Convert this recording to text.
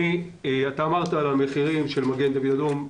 אדוני, דיברת על המחירים של מגן דוד אדום.